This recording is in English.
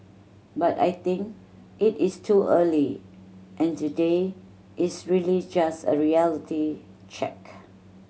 but I think it is too early and today is really just a reality check